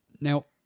Now